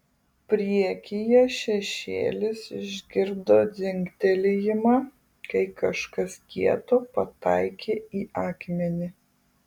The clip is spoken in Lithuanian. priekyje šešėlis išgirdo dzingtelėjimą kai kažkas kieto pataikė į akmenį